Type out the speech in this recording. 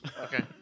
Okay